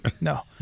No